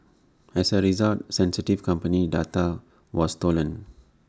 as A result sensitive company data was stolen